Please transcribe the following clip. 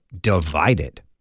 Divided